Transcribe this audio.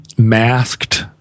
masked